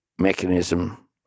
mechanism